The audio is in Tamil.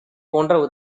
போன்ற